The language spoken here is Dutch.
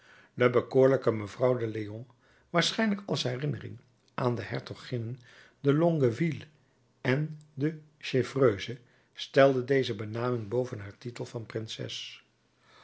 de bekoorlijke mevrouw de leon waarschijnlijk als herinnering aan de hertoginnen de longueville en de chevreuse stelde deze benaming boven haar titel van prinses